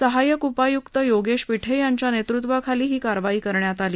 सहाय्यक उपायुक्त योगेश पीठे यांच्या नेतृत्वाखाली ही कारवाई करण्यात आली